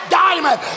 diamond